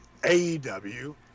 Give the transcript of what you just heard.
AEW